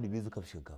dibi zikakahu shinka.